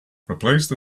replace